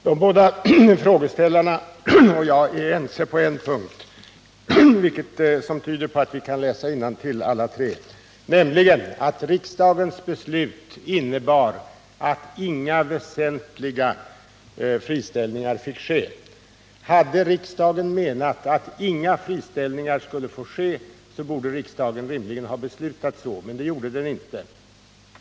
Herr talman! De båda frågeställarna och jag är ense på en punkt, vilket tyder på att vi kan läsa innantill alla tre, nämligen att riksdagens beslut innebar att inga väsentliga friställningar fick. ske. Hade riksdagen menat att inga friställningar alls skulle få ske, borde riksdagen rimligen ha beslutat så. Men det gjorde den inte.